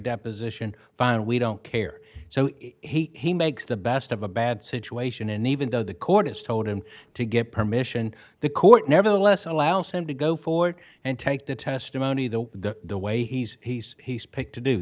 deposition fine we don't care so he makes the best of a bad situation and even though the court has told him to get permission the court nevertheless allows him to go forward and take the testimony the way he's he's he's picked to do